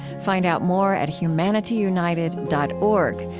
find out more at humanityunited dot org,